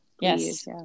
yes